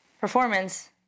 performance